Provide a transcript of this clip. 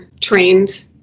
trained